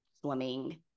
swimming